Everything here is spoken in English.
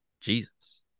Jesus